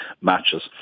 matches